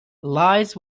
lies